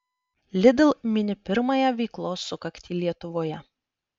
lidl mini pirmąją veiklos sukaktį lietuvoje